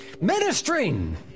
ministering